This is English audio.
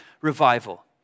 revival